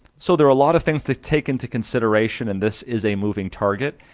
so there are a lot of things to take into consideration and this is a moving target.